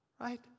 Right